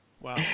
Wow